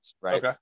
right